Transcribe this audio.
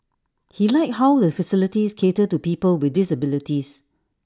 he liked how the facilities cater to people with disabilities